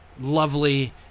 lovely